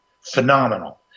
phenomenal